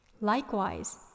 Likewise